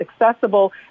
accessible